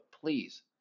please